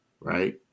Right